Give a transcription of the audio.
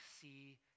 see